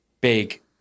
big